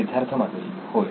सिद्धार्थ मातुरी होय